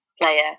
player